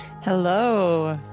Hello